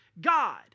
God